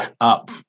up